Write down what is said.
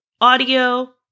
audio